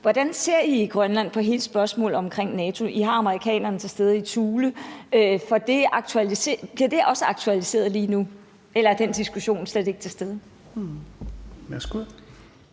Hvordan ser I i Grønland på hele spørgsmålet omkring NATO? I har amerikanerne til stede i Thule – bliver det også aktualiseret lige nu, eller er den diskussion slet ikke til stede?